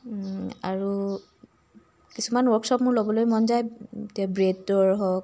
আৰু কিছুমান ৱৰ্কশ্বপ মোৰ লবলৈ মন যায় এতিয়া ব্ৰেডৰ হওক